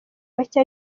bake